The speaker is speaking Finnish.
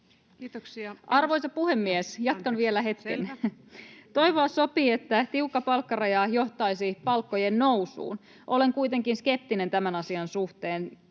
Arvoisa puhemies, jatkan vielä hetken. [Puhemies: Selvä!] Toivoa sopii, että tiukka palkkaraja johtaisi palkkojen nousuun. Olen kuitenkin skeptinen tämän asian suhteen.